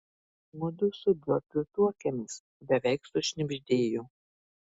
mudu su džordžu tuokiamės beveik sušnibždėjo